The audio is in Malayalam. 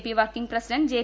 P working president J